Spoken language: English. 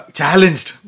challenged